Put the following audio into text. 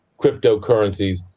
cryptocurrencies